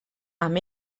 amb